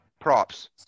Props